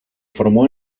formó